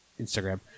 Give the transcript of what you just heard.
Instagram